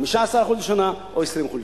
15% לשנה או 20% לשנה.